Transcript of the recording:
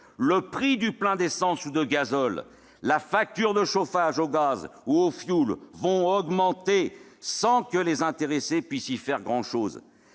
Le prix du plein d'essence ou de gazole, la facture de chauffage au gaz ou au fioul vont augmenter sans que les intéressés puissent y faire grand-chose.